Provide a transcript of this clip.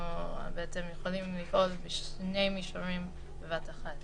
ואתם יכולים לפעול בשני מישורים בבת אחת,